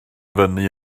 fyny